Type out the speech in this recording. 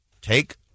Take